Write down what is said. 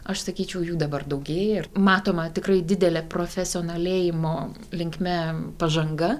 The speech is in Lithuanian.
aš sakyčiau jų dabar daugėja ir matoma tikrai didelė profesionalėjimo linkme pažanga